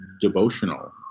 devotional